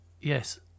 Yes